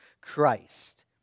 Christ